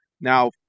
Now